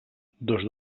dos